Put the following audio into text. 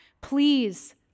please